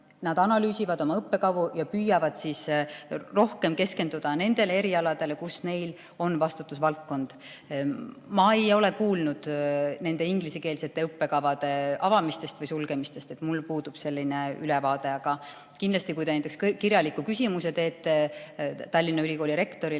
nad analüüsivad oma õppekavu ja püüavad rohkem keskenduda nendele erialadele, mis on nende vastutusvaldkonnas. Ma ei ole kuulnud ingliskeelsete õppekavade avamisest või sulgemisest, mul puudub selline ülevaade. Kui te teete kirjaliku küsimuse Tallinna Ülikooli rektorile,